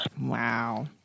Wow